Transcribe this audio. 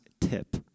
tip